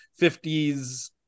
50s